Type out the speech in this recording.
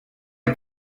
est